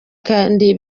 kandi